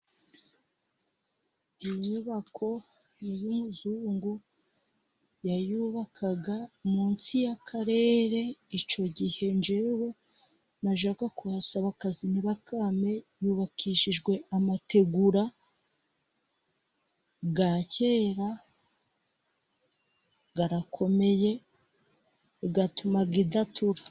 Iyi nyubako ni y'umuzungu yayubakaga munsi y'akarere icyo gihe jyewe najyaga kuhasaba akazi ntibakame, yubakishijwe amategura ya kera arakomeye atuma idatura.